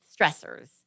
stressors